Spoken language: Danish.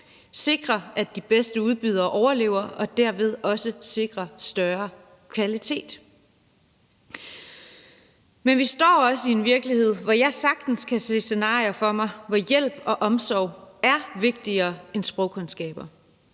sikre, at de bedste udbydere overlever, og derved også sikre højere kvalitet. Men vi står også i en virkelighed, hvor jeg sagtens kan se scenarier for mig, hvor hjælp og omsorg er vigtigere end sprogkundskaber.